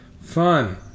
Fun